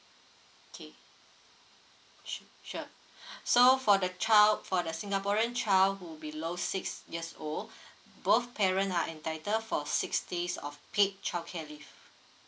okay sure sure so for the child for the singaporean child who below six years old both parent are entitle for six days of paid childcare leave